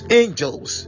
angels